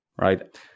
Right